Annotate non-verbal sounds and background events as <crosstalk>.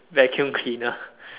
vacuum cleaner <laughs>